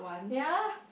ye